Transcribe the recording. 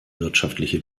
wirtschaftliche